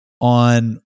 on